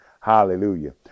Hallelujah